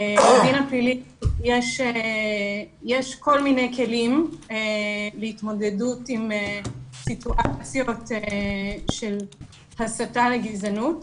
בדין הפלילי יש כל מיני כלים להתמודדות עם סיטואציות של הסתה לגזענות.